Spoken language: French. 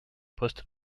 poste